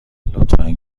لطفا